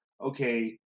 okay